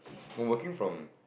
working from